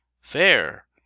Fair